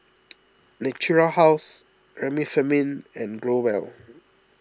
Natura House Remifemin and Growell